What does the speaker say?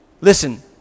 Listen